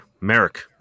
Merrick